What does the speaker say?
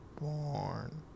born